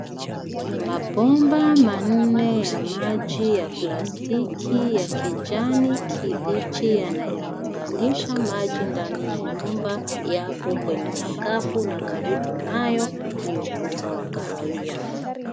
Mabomba manne ya maji ya plastiki ya kijani kibichi yanayounganisha maji ndani ya nyumba yapo kwenye sakafu na karibu nayo ni ukuta wa kahawia.